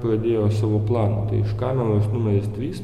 pradėjo savo planą tai iš kameros numeris trys